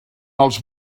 els